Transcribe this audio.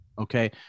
Okay